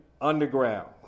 underground